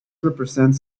represents